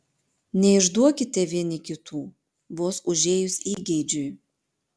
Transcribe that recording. neišduokite vieni kitų vos užėjus įgeidžiui